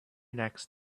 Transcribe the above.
next